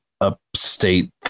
upstate